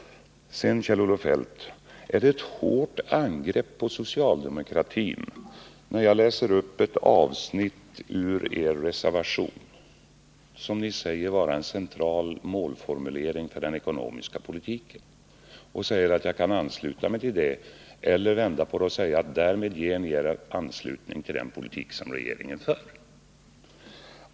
Sedan, Kjell-Olof Feldt: Är det ett hårt angrepp på socialdemokratin när jag läser upp ett avsnitt av er reservation, som ni betecknar som en central målformulering för den ekonomiska politiken, och säger att jag kan ansluta mig till det, eller om jag vänder på det och säger att ni därmed ger er anslutning till den politik som regeringen för?